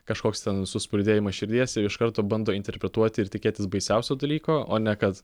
kažkoks ten suspurdėjimas širdies ir iš karto bando interpretuoti ir tikėtis baisiausio dalyko o ne kad